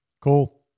Cool